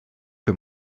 que